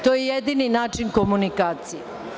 To je jedini način komunikacije.